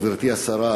גברתי השרה,